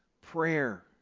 prayer